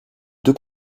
deux